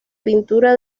pintura